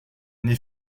n’est